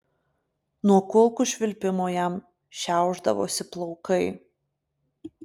nuo kulkų švilpimo jam šiaušdavosi plaukai